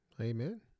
amen